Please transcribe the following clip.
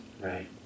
right